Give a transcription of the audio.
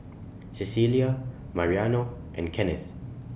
Cecelia Mariano and Kennith